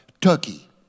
Turkey